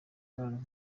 imibonano